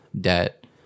debt